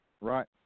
right